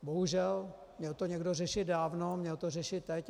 Bohužel, měl to někdo řešit dávno, měl to řešit teď.